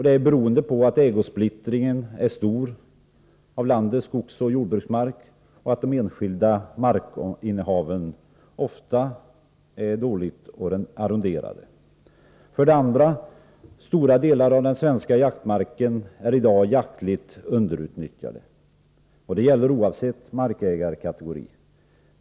Det beror på att ägosplittringen är stor när det gäller landets skogsoch jordbruksmark och på att de enskilda markinnehaven ofta är dåligt arronderade. För det andra är stora delar av den svenska jaktmarken jaktligt underutnyttjade. Det gäller oavsett markägarkategori.